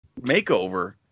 makeover